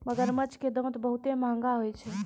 मगरमच्छ के दांत बहुते महंगा होय छै